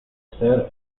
ser